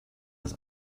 das